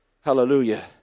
Hallelujah